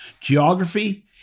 geography